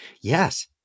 Yes